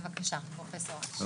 בבקשה, פרופ' אש.